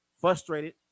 Frustrated